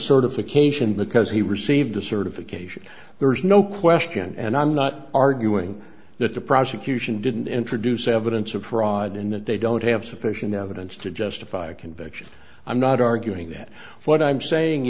certification because he received a certification there's no question and i'm not arguing that the prosecution didn't introduce evidence of fraud in that they don't have sufficient evidence to justify a conviction i'm not arguing that what i'm saying